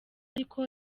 ariko